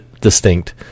distinct